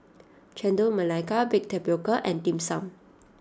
Chendol Melaka Baked Tapioca and Dim Sum